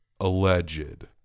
alleged